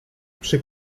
przy